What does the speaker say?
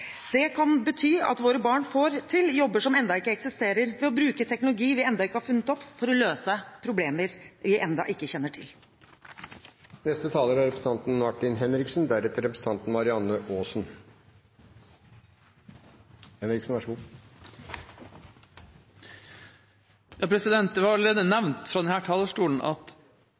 Det kan bety at våre barn får til jobber som ennå ikke eksisterer, ved å bruke teknologi vi ennå ikke har funnet opp, for å løse problemer vi ennå ikke kjenner til. Det er allerede nevnt fra talerstolen at